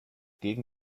gegen